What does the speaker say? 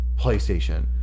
PlayStation